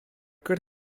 good